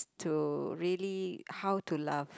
to really how to laugh